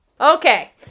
Okay